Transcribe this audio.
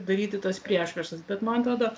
daryti tas priešpriešas bet man atrodo